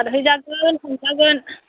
सारहैजागोन हमजागोन